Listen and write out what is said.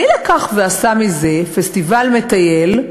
מי לקח ועשה מזה פסטיבל "מטייל"